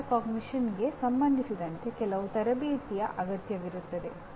ಮೆಟಾಕಾಗ್ನಿಷನ್ನ ಸಂಬಂಧಿಸಿದಂತೆ ಕೆಲವು ತರಬೇತಿಯ ಅಗತ್ಯವಿರುತ್ತದೆ